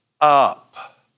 up